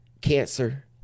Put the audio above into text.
cancer